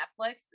Netflix